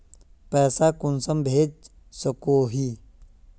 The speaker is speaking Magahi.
पैसा कुंसम भेज सकोही?